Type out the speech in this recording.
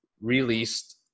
released